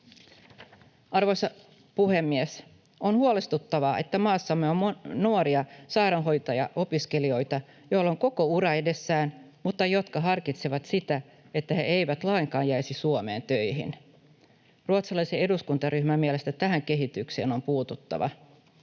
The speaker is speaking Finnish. Arvoisa puhemies! On huolestuttavaa, että maassamme on nuoria sairaanhoitajaopiskelijoita, joilla on koko ura edessään mutta jotka harkitsevat sitä, että he eivät lainkaan jäisi Suomeen töihin. Ruotsalaisen eduskuntaryhmän mielestä tähän kehitykseen on puututtava.